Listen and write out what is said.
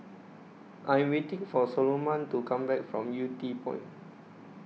I Am waiting For Soloman to Come Back from Yew Tee Point